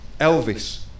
Elvis